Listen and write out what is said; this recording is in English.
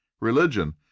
religion